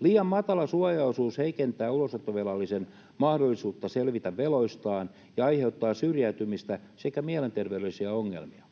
Liian matala suojaosuus heikentää ulosottovelallisen mahdollisuutta selvitä veloistaan ja aiheuttaa syrjäytymistä sekä mielenterveydellisiä ongelmia.